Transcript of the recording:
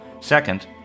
Second